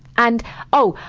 and oh!